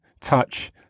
touch